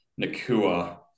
Nakua